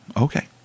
Okay